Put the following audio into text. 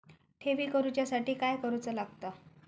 ठेवी करूच्या साठी काय करूचा लागता?